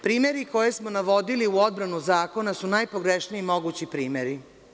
Primeri koje smo navodili u odbranu zakona su najpogrešniji mogući primeri.